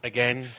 Again